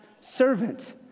servant